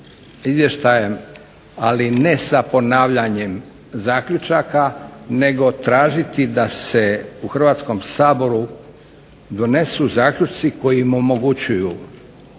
izvještajem ali ne sa ponavljanjem zaključaka, nego tražiti da se u Hrvatskom saboru donesu zaključci koji mu omogućuju